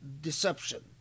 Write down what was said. deception